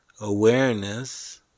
awareness